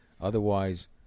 otherwise